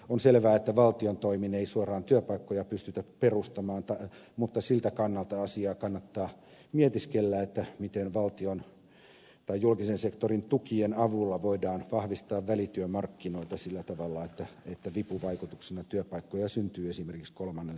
on selvää että valtion toimin ei suoraan työpaikkoja pystytä perustamaan mutta siltä kannalta asiaa kannattaa mietiskellä miten valtion tai julkisen sektorin tukien avulla voidaan vahvistaa välityömarkkinoita sillä tavalla että vipuvaikutuksena työpaikkoja syntyy esimerkiksi kolmannelle sektorille